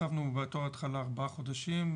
הקצבנו בתור התחלה ארבעה חודשים,